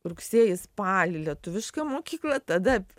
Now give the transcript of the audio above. rugsėjį spalį lietuvišką mokyklą tada